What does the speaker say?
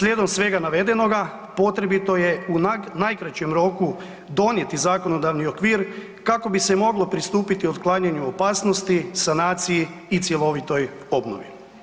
Slijedom svega navedenoga, potrebito je u najkraćem roku donijeti zakonodavni okvir kako bi se moglo pristupiti otklanjanju opasnosti, sanaciji i cjelovitoj obnovi.